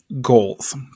goals